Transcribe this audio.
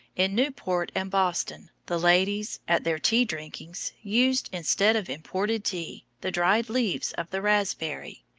in newport and boston the ladies, at their tea-drinkings, used, instead of imported tea, the dried leaves of the raspberry.